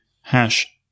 hash